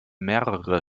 mehrere